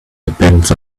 depends